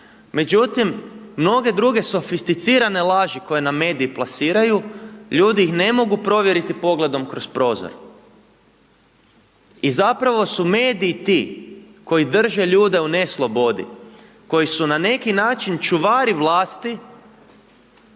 Međutim mnoge druge sofisticirane laži koje nam mediji plasiraju ljudi ih ne mogu provjeriti pogledom kroz prozor. I zapravo su mediji ti koji drže ljude u neslobodi, koji su na neki način čuvari vlasti